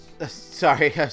Sorry